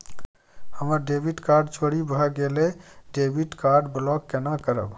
हमर debit card चोरी भगेलै डेबिट कार्ड ब्लॉक केना करब?